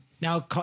now